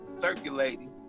circulating